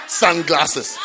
sunglasses